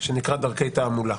שנקרא דרכי תעמולה.